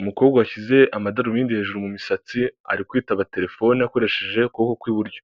Umukobwa washyize amadarubindi hejuru mu misatsi, ari kwitaba telefone akoresheje ukuboko kw'iburyo.